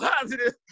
positive